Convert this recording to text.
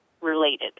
related